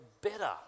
better